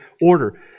order